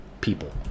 people